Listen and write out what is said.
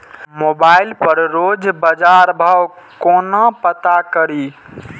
Mobile पर रोज बजार भाव कोना पता करि?